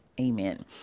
Amen